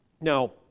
Now